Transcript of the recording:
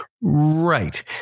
Right